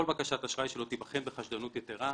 כל בקשת אשראי שלו תיבחן בחשדנות יתירה,